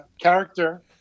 Character